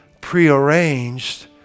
prearranged